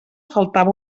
faltava